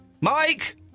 Mike